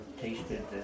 tasted